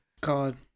God